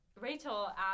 rachel